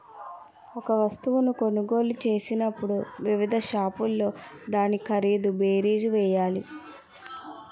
ఒక వస్తువును కొనుగోలు చేసినప్పుడు వివిధ షాపుల్లో దాని ఖరీదు బేరీజు వేయాలి